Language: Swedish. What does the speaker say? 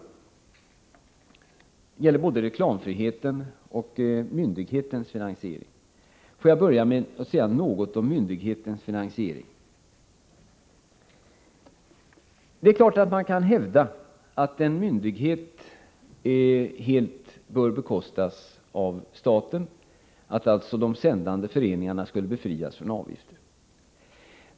Där vill jag beröra både reklamfriheten och myndighetens finansiering. Låt mig börja med att säga något om myndighetens finansiering. Det är klart att man kan hävda att en myndighet helt bör bekostas av staten, att alltså de sändande föreningarna skulle befrias från avgift.